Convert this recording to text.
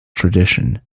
tradition